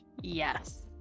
Yes